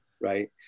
right